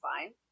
fine